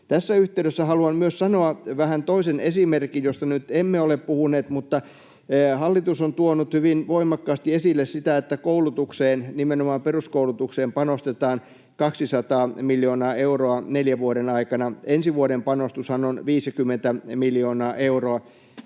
Tässä yhteydessä haluan myös sanoa vähän toisen esimerkin, josta nyt emme ole puhuneet. Hallitus on tuonut hyvin voimakkaasti esille sitä, että koulutukseen, nimenomaan peruskoulutukseen, panostetaan 200 miljoonaa euroa neljän vuoden aikana. Ensi vuoden panostushan on 50 miljoonaa euroa.